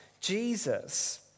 Jesus